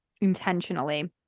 intentionally